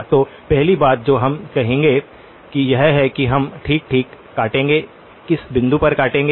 तो पहली बात जो हम कहेंगे वह यह है कि हम ठीक ठीक काटेंगे किस बिंदु पर काटेंगे